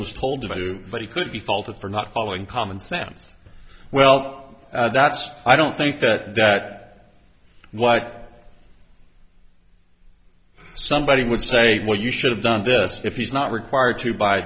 was told to do but he could be faulted for not following commonsense well that's i don't think that that like somebody would say well you should have done this if he's not required to buy